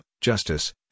justice